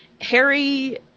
Harry